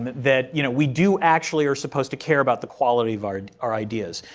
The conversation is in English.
that you know we do actually are supposed to care about the quality of our our ideas.